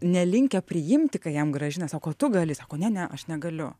nelinkę priimti ką jam gražina sako o tu gali sako ne ne aš negaliu